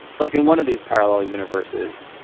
like in one of these parallel universes,